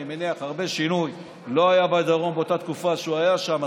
אני מניח שהרבה שינוי לא היה בדרום באותה תקופה שהוא היה שם.